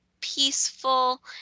peaceful